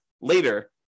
later